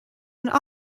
and